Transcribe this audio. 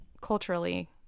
culturally